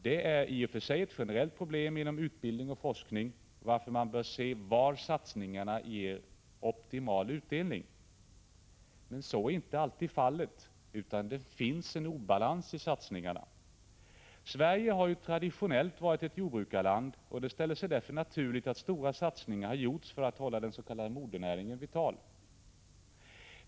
Det är i och för sig ett generellt problem inom utbildning och forskning, varför man bör se var satsningarna ger optimal utdelning. Men, så är inte alltid fallet, utan det finns en obalans i satsningarna. Sverige har ju traditionellt varit ett jordbrukarland, och det ställer sig därför naturligt att stora satsningar har gjorts för att hålla den s.k. modernäringen vital.